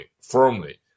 firmly